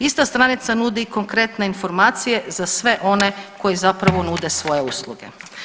Ista stranica nudi i konkretne informacije za sve one koji zapravo nude svoje usluge.